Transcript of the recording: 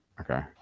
okay